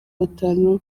batanu